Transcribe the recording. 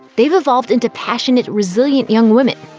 they've evolved into passionate, resilient young women.